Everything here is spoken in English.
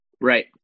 right